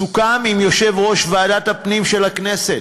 סוכם עם יושב-ראש ועדת הפנים של הכנסת,